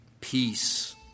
peace